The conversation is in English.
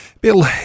Bill